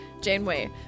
Janeway